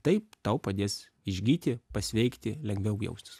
taip tau padės išgyti pasveikti lengviau jaustis